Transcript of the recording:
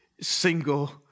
single